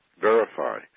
Verify